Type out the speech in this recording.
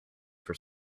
for